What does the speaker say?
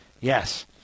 yes